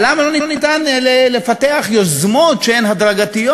אבל למה אי-אפשר לפתח יוזמות שהן הדרגתיות,